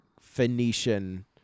Phoenician